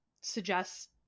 suggest